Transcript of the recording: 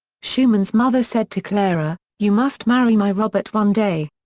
schumann's mother said to clara, you must marry my robert one day.